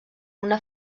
una